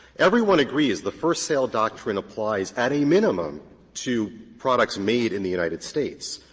everyone agrees the first-sale doctrine applies at a minimum to products made in the united states.